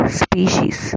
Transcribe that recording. species